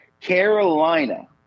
Carolina